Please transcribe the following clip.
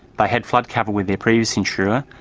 they had flood cover with their previous insurer,